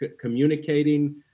communicating